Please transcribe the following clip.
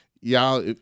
Y'all